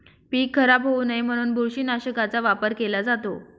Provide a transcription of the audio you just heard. पीक खराब होऊ नये म्हणून बुरशीनाशकाचा वापर केला जातो